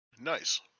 Nice